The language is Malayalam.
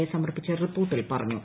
എ സമർപ്പിച്ച റിപ്പോർട്ടിൽ പറഞ്ഞു